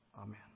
Amen